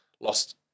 Lost